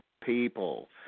people